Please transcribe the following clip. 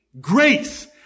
grace